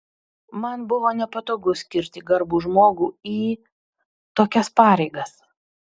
man buvo nepatogu skirti garbų žmogų į tokias pareigas